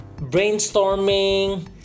brainstorming